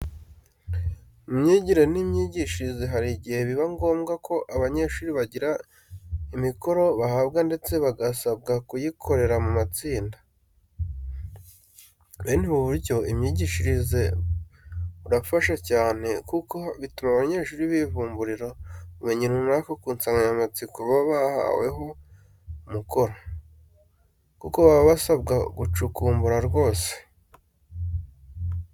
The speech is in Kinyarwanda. Mu myigire n'imyigishirize hari igihe biba ngombwa ko abanyeshuri bagira imikoro bahabwa ndetse bagasabwa kuyikorera mu matsinda. Bene ubu buryo bw'imyigishirize burafasha cyane kuko butuma abanyeshuri bivumburira ubumenyi runaka ku nsanganyamatsiko baba bahaweho umukoro, kuko baba basabwa gucukumbura rwose.